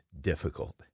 difficult